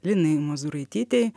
linai mozūraitytei